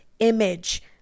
image